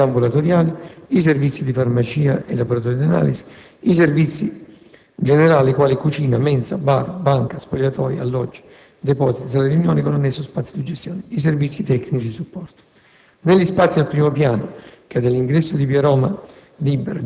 Al piano terreno degli altri fabbricati del complesso saranno collocati: le attività ambulatoriali; i servizi di farmacia e il laboratorio analisi; i servizi generali quali cucina, mensa, bar, banca, spogliatoi, alloggi, depositi, sala riunioni con annesso spazio di gestione; i servizi tecnici di supporto.